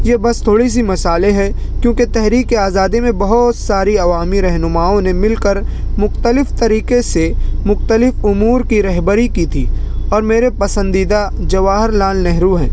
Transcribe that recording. یہ بس تھوڑی سی مثالیں ہیں کیونکہ تحریکِ آزادی میں بہت ساری عوامی رہنماؤں نے مل کر مختلف طریقے سے مختلف امور کی رہبری کی تھی اور میرے پسندیدہ جواہر لال نہرو ہیں